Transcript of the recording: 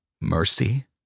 mercy